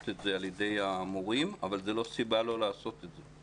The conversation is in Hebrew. את זה על ידי המורים אבל זאת לא סיבה לא לעשות את זה.